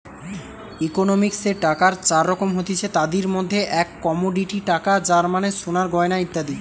ইকোনমিক্সে টাকার চার রকম হতিছে, তাদির মধ্যে এক কমোডিটি টাকা যার মানে সোনার গয়না ইত্যাদি